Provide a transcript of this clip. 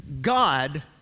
God